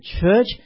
church